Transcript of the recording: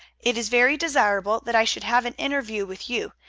it is very desirable that i should have an interview with you.